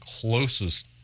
closest